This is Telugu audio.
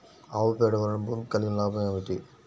ఆవు పేడ వలన భూమికి కలిగిన లాభం ఏమిటి?